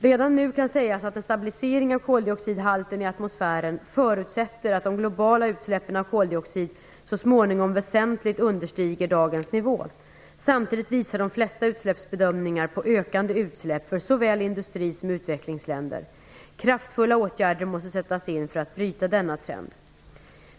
Redan nu kan sägas att en stabilisering av koldioxidhalten i atmosfären förutsätter att de globala utsläppen av koldioxid så småningom väsentligt understiger dagens nivå. Samtidigt visar de flesta utsläppsbedömningar på ökande utsläpp för såväl industri som utvecklingsländer. Kraftfulla åtgärder måste sättas in för att bryta denna trend.